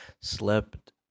Slept